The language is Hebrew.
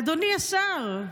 אדוני השר,